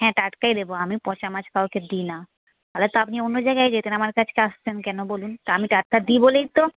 হ্যাঁ টাটকাই দেব আমি পচা মাছ কাউকে দিই না তাহলে তো আপনি অন্য জায়গায় যেতেন আমার কাছে আসতেন কেন বলুন তা আমি টাটকা দিই বলেই তো